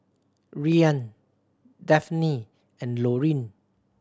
Rian Dafne and Loring